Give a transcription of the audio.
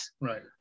Right